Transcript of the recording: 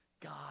God